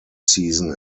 season